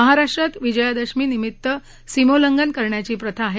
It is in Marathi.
महाराष्ट्रात विजयादशमी निमित्त सीमोल्लंघन करण्याची प्रथा आहे